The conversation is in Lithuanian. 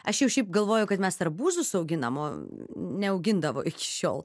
aš jau šiaip galvoju kad mes arbūzus auginam o neaugindavo iki šiol